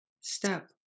step